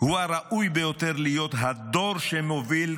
הוא הראוי ביותר להיות הדור שמוביל,